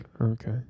Okay